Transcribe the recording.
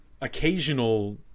occasional